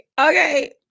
okay